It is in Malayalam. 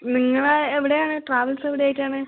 നിങ്ങൾ എവിടെയാണ് ട്രാവെൽസ് എവിടെയായിട്ടാണ്